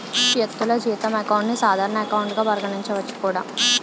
వ్యక్తులు జీతం అకౌంట్ ని సాధారణ ఎకౌంట్ గా పరిగణించవచ్చు కూడా